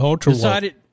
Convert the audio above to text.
decided